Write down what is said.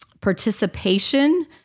participation